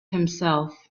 himself